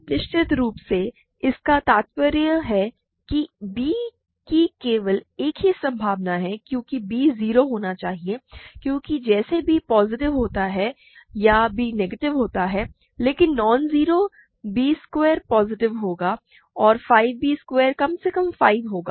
अब निश्चित रूप से इसका तात्पर्य है कि b की केवल एक ही संभावना है क्योंकि b 0 होना चाहिए क्योंकि जैसे b पॉजिटिव होता है या b नेगेटिव होता है लेकिन non zero b square positive होगा और 5 b स्क्वायर कम से कम 5 होगा